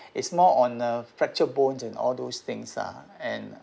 it's more on uh fracture bones and all those things ah and